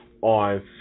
on